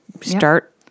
start